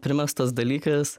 primestas dalykas